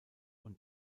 und